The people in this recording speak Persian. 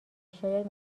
شاید